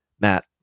Matt